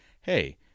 hey